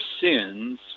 sins